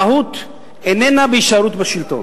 המהות איננה בהישארות בשלטון,